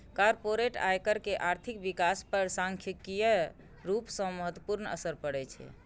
corporate आयकर के आर्थिक विकास पर सांख्यिकीय रूप सं महत्वपूर्ण असर पड़ै छै